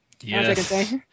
Yes